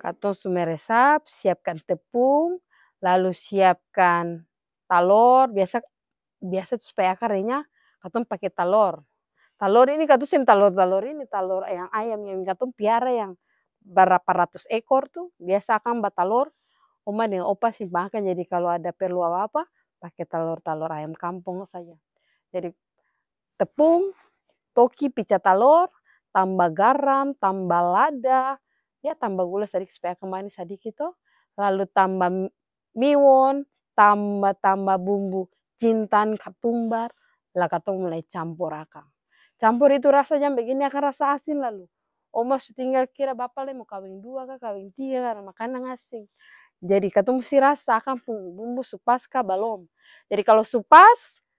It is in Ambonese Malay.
katong su meresap siapkan tepung, lalu siapkan talor biasa-biasa tuh supaya akang renyah katong pake talor, talor ini katong seng talor ini-ini, talor ayam-ayam yang katong piara yang barapa ratus ekor tuh biasa akang batalor oma deng opa simpang akang jadi kalu ada parlu apa-apa pake talor-talor ayam kampong saja. jadi tepung, toki pica talor, tamba garam, tamba, lada, yah tamba gula sadiki supaya akang manis sadiki to, lalu tamba mi-miwon tamba-tamba bumbu jintan, katumbar, lah katong mulai campor akang, cambor bagitu jang bagini akang rasa asing lalu oma su tinngal kira bapa lai mo kaweng dua ka kaweng tiga karna makanang asing, jadi katong musti rasa akang pung bumbu su pas kabalong, jadi kalu su pas.